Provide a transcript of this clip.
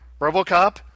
Robocop